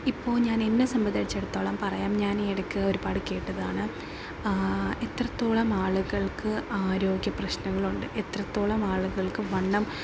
ഇപ്പോൾ ഞാൻ എന്നെ സംബന്ധിച്ചിടത്തോളം പറയാം ഞാൻ ഈ ഇടക്ക് ഒരുപാട് കേട്ടതാണ് ഇത്രത്തോളം ആളുകൾക്ക് ആരോഗ്യ പ്രശ്നങ്ങളുണ്ട് ഇത്രത്തോളം ആളുകൾക്ക് വണ്ണം